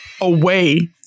away